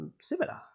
similar